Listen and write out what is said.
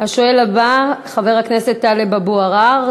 השואל הבא, חבר הכנסת טלב אבו עראר.